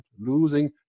losing